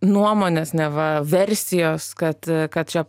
nuomonės neva versijos kad kad čia